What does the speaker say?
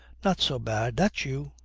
not so bad. that's you.